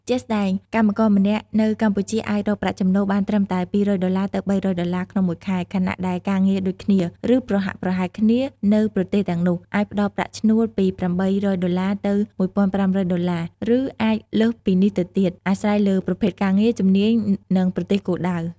ជាក់ស្ដែង កម្មករម្នាក់នៅកម្ពុជាអាចរកប្រាក់ចំណូលបានត្រឹមពី ២០០ដុល្លា ទៅ ៣០០ដុល្លា ក្នុងមួយខែ ខណៈដែលការងារដូចគ្នា ឬប្រហាក់ប្រហែលគ្នានៅប្រទេសទាំងនោះ អាចផ្ដល់ប្រាក់ឈ្នួលពី៨០០ដុល្លា ទៅ ១៥០០ដុល្លា ឬអាចលើសពីនេះទៅទៀត អាស្រ័យលើប្រភេទការងារ ជំនាញ និងប្រទេសគោលដៅ។